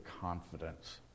confidence